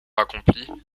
accompli